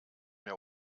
mehr